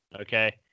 okay